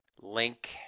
link